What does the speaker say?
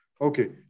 Okay